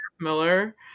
Miller